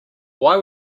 why